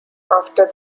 after